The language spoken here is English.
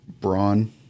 brawn